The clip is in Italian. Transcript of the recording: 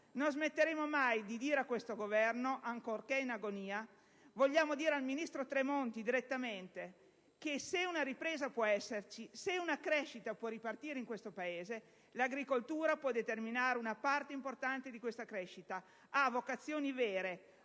non smetteremo mai di dire a questo Governo, ancorché in agonia, e vogliamo dirlo al ministro Tremonti direttamente, che se una ripresa può esserci, se una crescita può ripartire in questo Paese, l'agricoltura può determinare una parte importante di questa crescita, perché ha vocazioni vere,